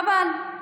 חבל.